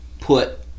put